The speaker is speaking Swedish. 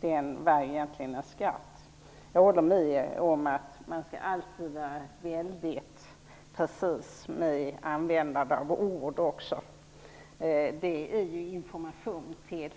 Den var egentligen en skatt. Jag håller med om att man alltid skall vara mycket precis med användandet av ord. Det ger ju viktig information till